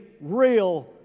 real